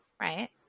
right